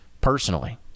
personally